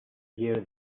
hear